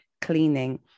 cleaning